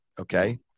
Okay